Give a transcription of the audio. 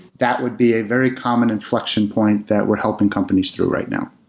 that would be a very common inflection point that we're helping companies through right now.